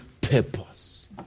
purpose